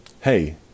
Hey